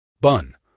BUN